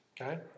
okay